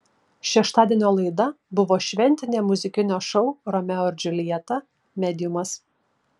šeštadienio laida buvo šventinė muzikinio šou romeo ir džiuljeta mediumas